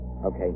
Okay